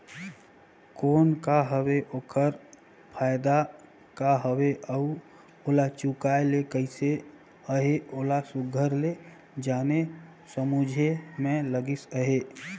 loan का हवे ओकर फएदा का हवे अउ ओला चुकाए ले कइसे अहे ओला सुग्घर ले जाने समुझे में लगिस अहे